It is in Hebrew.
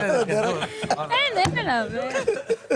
אין עליו, אין.